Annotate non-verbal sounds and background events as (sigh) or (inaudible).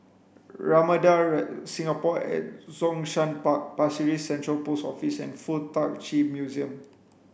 (unintelligible) Singapore at Zhongshan Park Pasir Ris Central Post Office and Fuk Tak Chi Museum